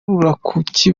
ruvakuki